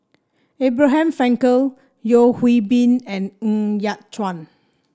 Abraham Frankel Yeo Hwee Bin and Ng Yat Chuan